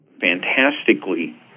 fantastically